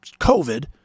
COVID